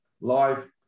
Live